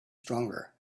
stronger